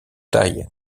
taille